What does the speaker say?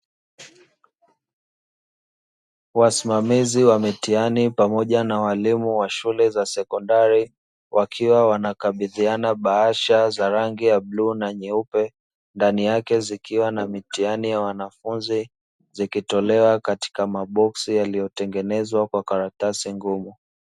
Wasimamizi wa mitihani pamoja na walimu wa shule za sekondari, wakiwa wanakabidhiana bahasha za rangi ya bluu na nyeupe, ndani yake zikiwa na mitihani ya wanafunzi zikitolewa katika maboksi yaliyotengenezwa kwa karatasi ngumu.